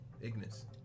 ignis